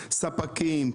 ספקים,